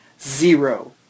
Zero